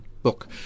book